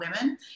women